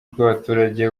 bw’abaturage